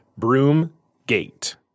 Broomgate